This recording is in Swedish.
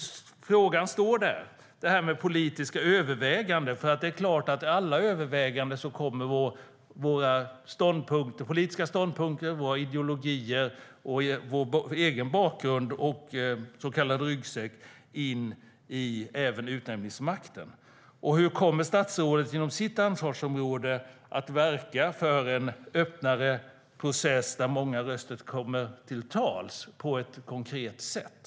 Frågan gäller de politiska övervägandena. Vid alla överväganden kommer förstås våra politiska ståndpunkter, våra ideologier och vår egen bakgrund, den så kallade ryggsäcken, in i utnämningsmakten. Hur kommer statsrådet att inom sitt ansvarsområde verka för en öppnare process där många röster kommer till tals på ett konkret sätt?